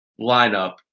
lineup